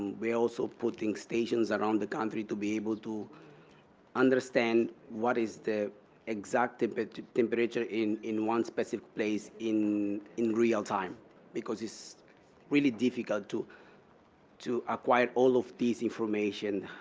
we're also putting stations around the country to be able to understand what is the exact but temperature in in one specific place in in real time because it's really difficult to to acquire all of this information,